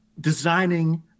designing